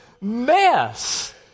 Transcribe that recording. mess